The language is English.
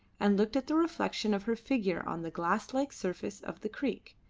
and looked at the reflection of her figure on the glass-like surface of the creek.